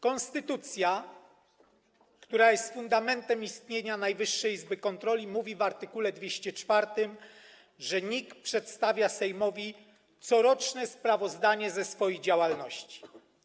Konstytucja, która jest fundamentem istnienia Najwyższej Izby Kontroli, mówi w art. 204, że NIK przedstawia Sejmowi coroczne sprawozdanie ze swojej działalności.